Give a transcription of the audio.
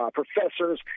professors